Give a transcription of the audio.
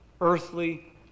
earthly